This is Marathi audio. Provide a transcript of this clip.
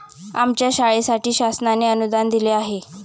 आमच्या शाळेसाठी शासनाने अनुदान दिले आहे